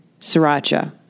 sriracha